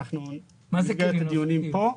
שנביא אותם במסגרת הדיונים כאן.